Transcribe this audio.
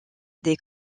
des